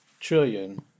trillion